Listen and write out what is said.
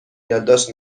یادداشت